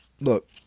look